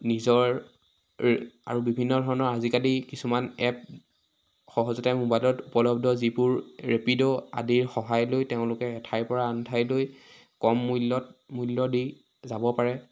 নিজৰ আৰু বিভিন্নধৰণৰ আজিকালি কিছুমান এপ সহজতে মোবাইলত উপলব্ধ যিবোৰ ৰেপিড' আদিৰ সহায় লৈ তেওঁলোকে এঠাইৰ পৰা আনঠাইলৈ কম মূল্যত মূল্য দি যাব পাৰে